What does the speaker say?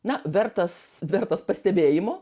na vertas vertas pastebėjimų